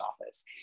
office